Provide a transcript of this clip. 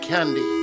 Candy